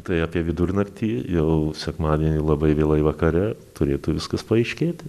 tai apie vidurnaktį jau sekmadienį labai vėlai vakare turėtų viskas paaiškėti